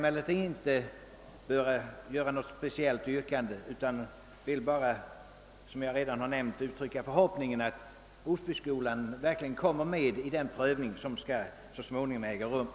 Med hänsyn till frågans nuvarande läge anser jag mig inte böra ställa något speciellt yrkande.